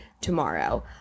tomorrow